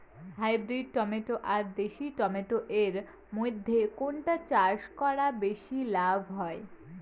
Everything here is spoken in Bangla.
হাইব্রিড টমেটো আর দেশি টমেটো এর মইধ্যে কোনটা চাষ করা বেশি লাভ হয়?